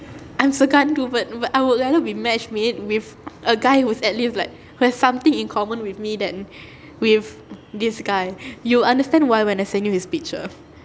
I'm segan too but I would rather be match made with a guy who is at least like who have something in common with me than with this guy you understand why when I send you his picture